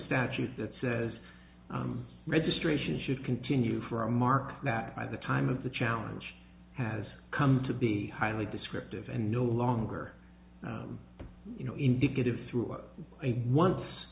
statute that says registration should continue for a mark that by the time of the challenge has come to be highly descriptive and no longer indicative through